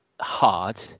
hard